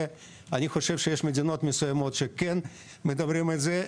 אני חושב שיש מדינות מסוימות שכן מדברים על זה,